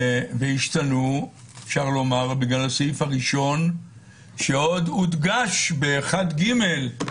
והשתנו אפשר לומר בגלל הסעיף הראשון שעוד הודגש ב-1(ג)